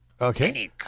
Okay